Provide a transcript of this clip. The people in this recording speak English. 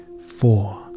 four